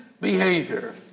behavior